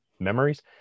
memories